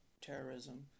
terrorism